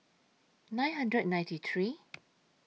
nine hundred and ninety three